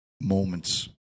moments